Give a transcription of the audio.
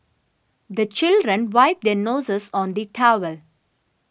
the children wipe their noses on the towel